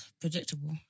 predictable